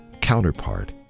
counterpart